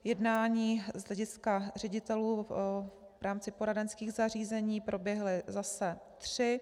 Jednání z hlediska ředitelů v rámci poradenských zařízení proběhla zase tři.